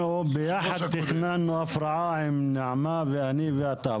אנחנו ביחד תכננו הפרעה עם נעמה ואני ואתה,